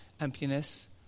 Emptiness